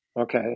okay